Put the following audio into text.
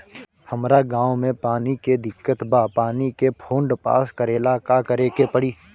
हमरा गॉव मे पानी के दिक्कत बा पानी के फोन्ड पास करेला का करे के पड़ी?